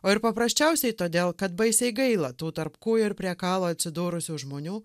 o ir paprasčiausiai todėl kad baisiai gaila tų tarp kūjo ir priekalo atsidūrusių žmonių